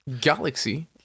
Galaxy